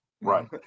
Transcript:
right